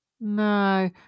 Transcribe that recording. No